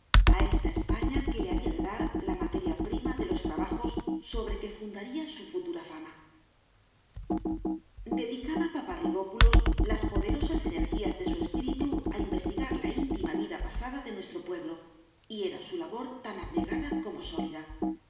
a esta españa que le había de dar la materia prima de los trabajos sobre que fundaría su futura fama dedicaba paparrigópulos las poderosas energías de su espíritu a investigar la íntima vida pasada de nuestro pueblo y era su labor tan abnegada como sólida